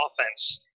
offense